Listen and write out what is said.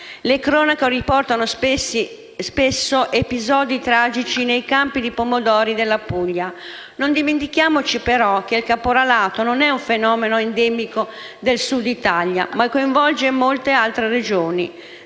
Le cronache riportano spesso episodi tragici nei campi di pomodori della Puglia. Non dimentichiamoci però che il caporalato non è un fenomeno endemico del Sud Italia, ma coinvolge molte altre Regioni: